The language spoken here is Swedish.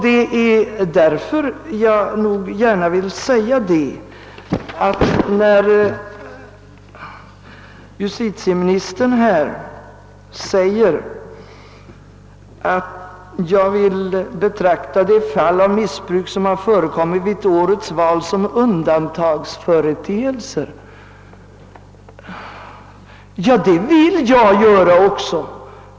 Justitieministern säger i sitt svar: »Jag vill emellertid betrakta de fall av missbruk som har förekommit vid årets val såsom undantagsföreteelser.» Ja, det vill jag också göra.